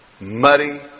muddy